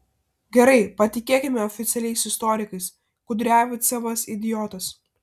gerai patikėkime oficialiais istorikais kudriavcevas idiotas